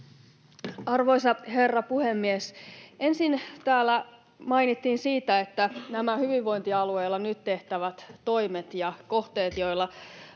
Arvoisa herra puhemies! Ensin täällä mainittiin siitä, että nämä hyvinvointialueilla nyt tehtävät toimet ja kohteet, joilla